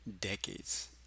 decades